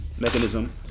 mechanism